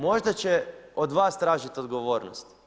Možda će od vas tražiti odgovornost.